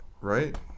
Right